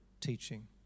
teaching